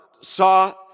saw